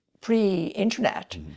pre-internet